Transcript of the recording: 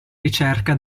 ricerca